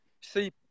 see